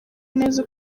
neza